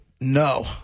No